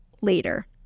later